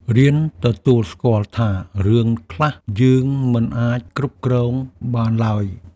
រៀនទទួលស្គាល់ថា រឿងខ្លះយើងមិនអាចគ្រប់គ្រងបានឡើយ។